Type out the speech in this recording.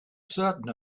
certain